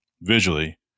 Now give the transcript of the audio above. Visually